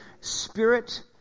Spirit